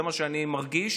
זה מה שאני מרגיש,